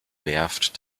werft